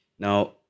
Now